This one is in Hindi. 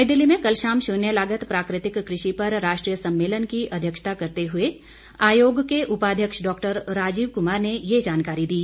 नई दिल्ली में कल शाम शून्य लागत प्राकृतिक कृषि पर राष्टीय सम्मेलन की अध्यक्षता करते हुए आयोग के उपाध्यक्ष डॉक्टर राजीव कुमार ने ये जानकारी दी